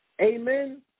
Amen